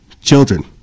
children